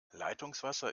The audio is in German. leitungswasser